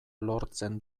lortzen